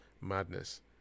madness